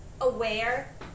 aware